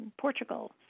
Portugal